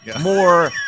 More